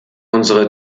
unsere